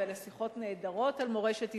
אלה שיחות נהדרות על מורשת ישראל,